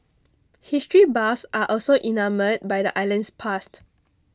history buffs are also enamoured by the island's past